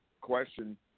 question